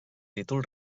títol